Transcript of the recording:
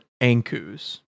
Ankus